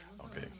okay